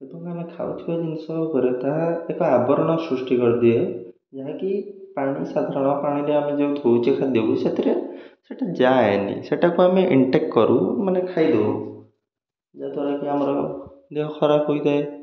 ଏବଂ ଆମେ ଖାଉଥିବା ଜିନିଷ ଉପରେ ତାହା ଏକ ଆବରଣ ସୃଷ୍ଟି କରିଦିଏ ଯାହାକି ପାଣି ସାଧାରଣ ପାଣିରେ ଆମେ ଯୋଉ ଧୋଉଛେ ଖାଦ୍ୟକୁ ସେଥିରେ ସେଟା ଯାଏନି ସେଟାକୁ ଆମେ ଇନଟେକ୍ କରୁ ମାନେ ଖାଇଦେଉ ଯାହାଦ୍ୱାରା କିି ଆମର ଦେହ ଖରାପ ହୋଇଥାଏ